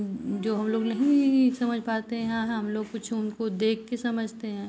जो हमलोग नहीं समझ पाते हैं हाँ हमलोग कुछ उनको देखकर समझते हैं